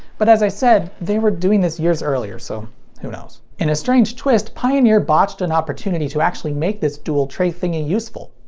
but as i said, they were doing this years earlier, so who knows. in a strange twist, pioneer botched an opportunity to actually make the dual tray thingy useful.